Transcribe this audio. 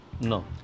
No